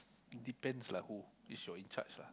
depends lah who is your in charge lah